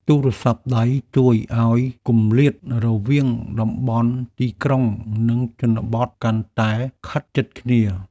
ទូរស័ព្ទដៃជួយឱ្យគម្លាតរវាងតំបន់ទីក្រុង និងជនបទកាន់តែខិតជិតគ្នា។